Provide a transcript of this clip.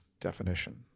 definition